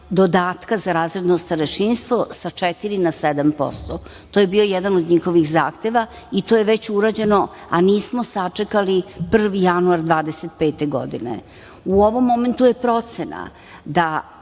dodatka za razredno starešinstvo sa četiri na sedam posto. To je bio jedan od njihovih zahteva i to je već urađeno, a nismo sačekali 1. januar 2025. godine.U ovom momentu je procena da